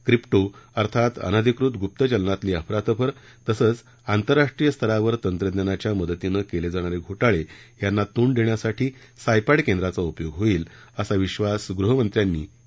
crypto अर्थात अनाधिकृत गुप्त चलनातली अफरातफर तसंच आंतरराष्ट्रीय स्तरावर तंत्रज्ञानाच्या मदतीनं केले जाणारे घोटाळे यांना तोंड देण्यासाठी सायपद्व केंद्राचा उपयोग होईल असा विश्वास गृहमंत्र्यांनी यावेळी व्यक्त केला